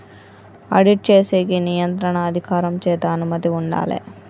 audit చేసేకి నియంత్రణ అధికారం చేత అనుమతి ఉండాలే